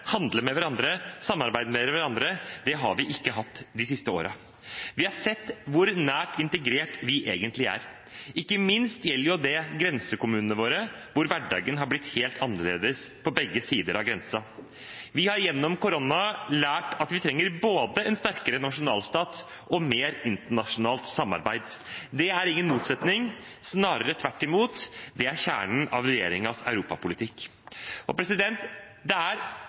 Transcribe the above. handle med hverandre og samarbeide med hverandre, har vi ikke hatt de siste årene. Vi har sett hvor nært integrert vi egentlig er. Ikke minst gjelder det grensekommunene våre, hvor hverdagen har blitt helt annerledes på begge sider av grensen. Vi har gjennom koronaen lært at vi trenger både en sterkere nasjonalstat og mer internasjonalt samarbeid. Det er ingen motsetning, snarere tvert imot. Det er kjernen i regjeringens europapolitikk. Det er få områder hvor vi ser det tydeligere enn i klimapolitikken. Det er